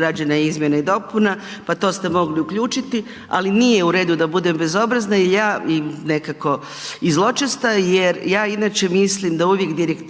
rađena je izmjena i dopuna, pa to ste mogli uključiti, ali nije u redu da budem bezobrazna jer ja, i nekako i zločesta jer ja inače mislim da uvijek direktivu